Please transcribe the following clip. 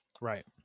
Right